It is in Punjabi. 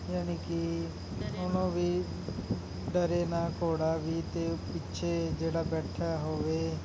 ਯਾਨੀ ਕਿ ਹੁਣ ਉਹ ਵੀ ਡਰੇ ਨਾ ਘੋੜਾ ਵੀ ਅਤੇ ਪਿੱਛੇ ਜਿਹੜਾ ਬੈਠਿਆ ਹੋਵੇ